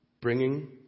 bringing